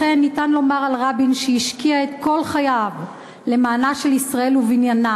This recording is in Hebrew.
לכן ניתן לומר על רבין שהוא השקיע את כל חייו למען ישראל ובניינה,